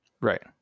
right